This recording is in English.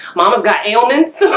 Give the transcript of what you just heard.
mama's got ailments